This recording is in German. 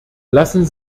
lassen